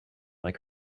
like